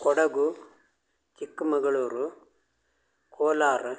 Kodagu Chikkamagaluru Kolar